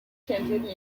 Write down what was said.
tinted